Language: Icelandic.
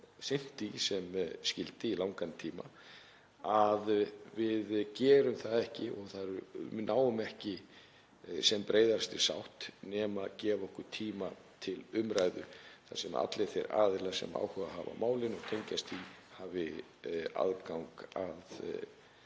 sem skyldi í langan tíma, að við gerum það ekki og náum ekki breiðri sátt nema að gefa okkur tíma til umræðu þar sem allir þeir aðilar sem áhuga hafa á málinu og tengjast því hafa aðgang að